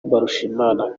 mbarushimana